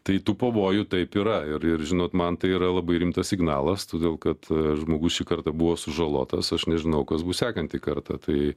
tai tų pavojų taip yra ir ir žinot man tai yra labai rimtas signalas todėl kad žmogus šį kartą buvo sužalotas aš nežinau kas bus sekantį kartą tai